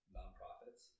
nonprofits